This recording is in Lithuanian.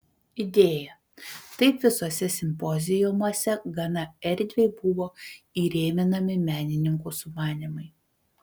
idėja taip visuose simpoziumuose gana erdviai buvo įrėminami menininkų sumanymai